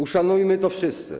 Uszanujmy to wszyscy.